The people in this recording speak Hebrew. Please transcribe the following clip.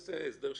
נעשה הסדר שלילי.